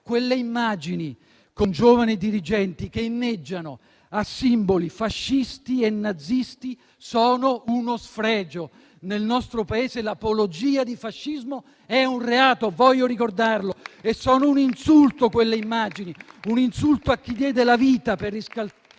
Quelle immagini, con giovani dirigenti che inneggiano a simboli fascisti e nazisti, sono uno sfregio. Nel nostro Paese l'apologia di fascismo è un reato, voglio ricordarlo. E sono un insulto quelle immagini! Un insulto a chi diede la vita per riscattare